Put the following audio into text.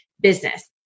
business